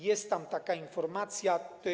Jest tam taka informacja.